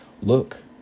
look